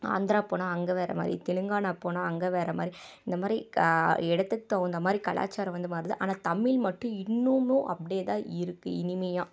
ஆந்திரா போனால் அங்க வேறமாதிரி தெலுங்கானா போனால் அங்கே வேறமாதிரி இந்தமாதிரி இடத்துக்கு தகுந்த மாரி கலாச்சாரம் வந்து மாறுது ஆனால் தமிழ் மட்டும் இன்னுமும் அப்படியே தான் இருக்குது இனிமையாக